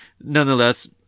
nonetheless